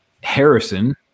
Harrison